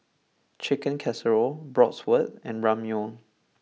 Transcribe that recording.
Chicken Casserole Bratwurst and Ramyeon